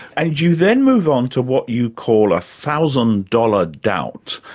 and you then move on to what you call a thousand dollar doubt.